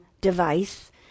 device